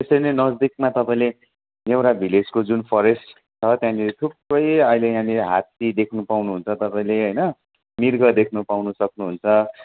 त्यसरी नै नजदिकमा तपाईँले नेउरा भिलेजको जुन फरेस्ट छ त्यहाँनेरि थुप्रै अहिले यहाँनेरि हात्ती देख्न पाउनुहुन्छ तपाईँले हैन मृग देख्न पाउन सक्नुहुन्छ